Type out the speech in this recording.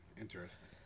interesting